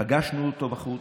פגשנו אותו בחוץ,